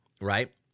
Right